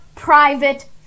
private